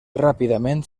ràpidament